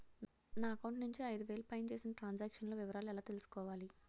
నా అకౌంట్ నుండి ఐదు వేలు పైన చేసిన త్రం సాంక్షన్ లో వివరాలు ఎలా తెలుసుకోవాలి?